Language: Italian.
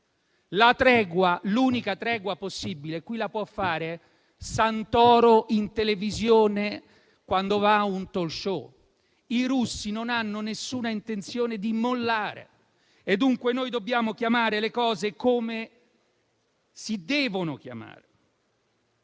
L'unica tregua possibile qui la può fare Santoro in televisione, quando va a un *talk show*. I russi non hanno alcuna intenzione di mollare e dunque noi dobbiamo chiamare le cose come si devono chiamare.